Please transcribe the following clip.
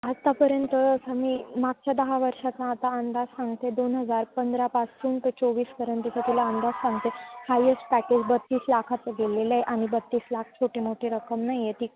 आत्तापर्यंत असा मी मागच्या दहा वर्षाचा आता अंदाज सांगते दोन हजार पंधरापासून ते चोवीसपर्यंतचा तुला अंदाज सांगते हायएस्ट पॅकेज बत्तीस लाखाचं गेलेलं आहे आणि बत्तीस लाख छोटी मोठी रक्कम नाही आहे ती